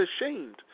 ashamed